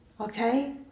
Okay